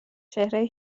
چهره